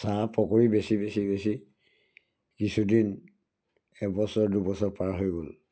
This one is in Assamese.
চাহ পকৰি বেচি বেচি বেচি কিছুদিন এবছৰ দুবছৰ পাৰ হৈ গ'ল